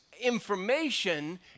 information